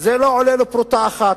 זה לא עולה לו פרוטה אחת.